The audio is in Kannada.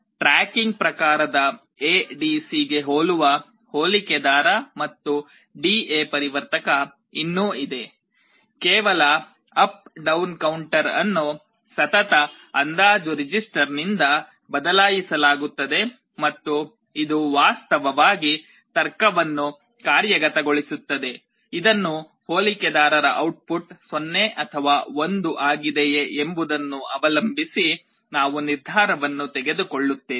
ಟ್ರ್ಯಾಕಿಂಗ್ ಪ್ರಕಾರದ ಎಡಿಸಿಗೆ ಹೋಲುವ ಹೋಲಿಕೆದಾರ ಮತ್ತು ಡಿ ಎ ಪರಿವರ್ತಕ ಇನ್ನೂ ಇದೆ ಕೇವಲ ಅಪ್ ಡೌನ್ ಕೌಂಟರ್ ಅನ್ನು ಸತತ ಅಂದಾಜು ರಿಜಿಸ್ಟರ್ನಿಂದ ಬದಲಾಯಿಸಲಾಗುತ್ತದೆ ಮತ್ತು ಇದು ವಾಸ್ತವವಾಗಿ ತರ್ಕವನ್ನು ಕಾರ್ಯಗತಗೊಳಿಸುತ್ತದೆ ಇದು ಹೋಲಿಕೆದಾರರ ಔಟ್ ಪುಟ್ 0 ಅಥವಾ 1 ಆಗಿದೆಯೇ ಎಂಬುದನ್ನು ಅವಲಂಬಿಸಿ ನಾವು ನಿರ್ಧಾರವನ್ನು ತೆಗೆದುಕೊಳ್ಳುತ್ತೇವೆ